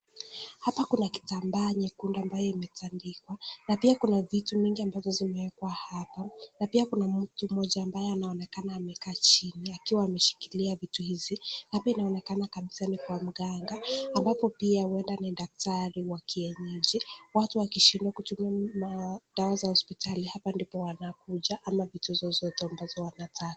Hapa kuna kitambaa nyekundu ambayo imetandikwa. Na pia kuna vitu nyingi ambazo zimeekwa hapa. Na pia kuna mtu mmoja ambaye anaonekana amekaa chini akiwa ameshikilia vitu hizi. Na pia inaonekana kabisa ni kwa mganga. Ambapo pia huenda ni daktari wa kienyeji. Watu wakishindwa kutumia dawa za hospitali, hapa ndipo wanakuja. Ama vitu zozote ambazo wanataka.